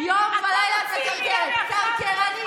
יום ולילה את מקרקרת, קרקרנית.